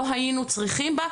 לא היינו צריכים בה,